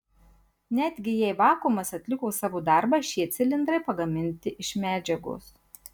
netgi jei vakuumas atliko savo darbą šie cilindrai pagaminti iš medžiagos